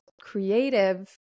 creative